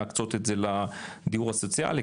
להקצות את זה לדיור הסוציאלי,